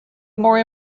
more